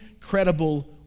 credible